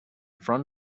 front